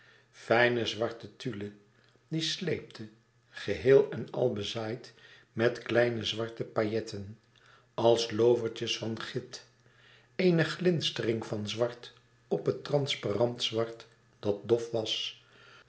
fijne zwarte tulle die sleepte geheel en al bezaaid met kleine zwarte pailletten als loovertjes van git eene glinstering van zwart op transparant zwart dat dof was